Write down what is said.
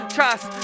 Trust